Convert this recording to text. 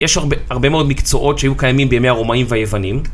יש הרבה הרבה מאוד מקצועות שהיו קיימים בימי הרומאים והיוונים.